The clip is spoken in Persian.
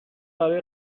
برای